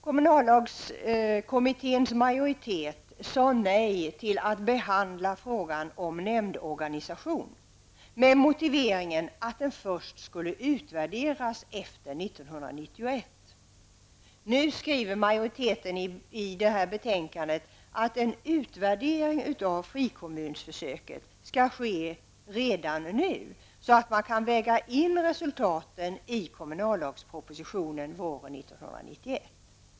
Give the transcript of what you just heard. Kommunallagskommitténs majoritet sade nej till att behandla frågan om nämndorganisationen med motiveringen att den först skulle utvärderas efter 1991. Nu skriver utskottsmajoriteten i betänkandet att en utvärdering av frikommunsförsöket skall ske redan nu, så att man kan väga in resultaten i kommunallagspropositionen våren 1991.